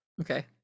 okay